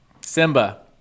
Simba